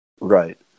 Right